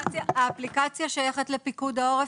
האפליקציה שייכת לפיקוד העורף.